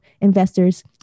investors